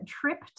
trip